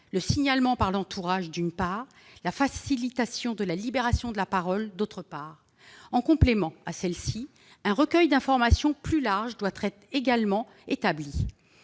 le signalement par l'entourage, d'une part, la facilitation de la libération de la parole, d'autre part. En complément, un recueil d'informations plus large doit également être établi.